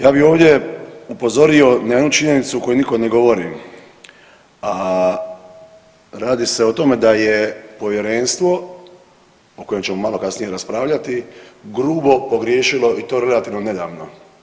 Ja bi ovdje upozorio na jednu činjenicu koju nikad ne govorim, a radi se o tome da je povjerenstvo o kojem ćemo malo kasnije raspravljati grubo pogriješilo i to relativno nedavno.